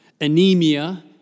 anemia